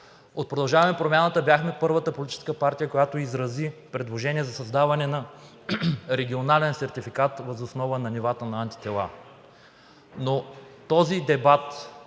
От „Продължаваме Промяната“ бяхме първата политическа партия, която направи предложение за създаване на регионален сертификат въз основа на нивата на антитела.